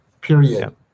Period